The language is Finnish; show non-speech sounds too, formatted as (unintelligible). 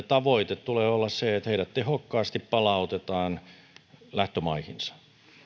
(unintelligible) tavoite tulee olla se että heidät tehokkaasti palautetaan lähtömaihinsa